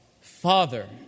Father